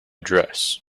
dress